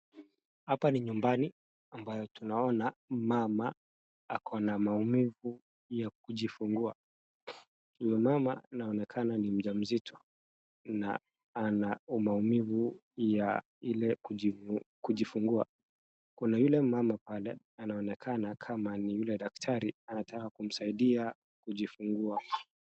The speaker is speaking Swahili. Hapa ni nyumbani ambayo tunaona mama ako na maumivu ya kujifungua. Huyo mama anaonenakana ni mjamzito na ana maumivu ile ya kujifungua. Kuna yule mama pale anaonekana kama ni yule daktari anataka kumsaidia kujifungua.